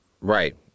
right